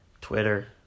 Twitter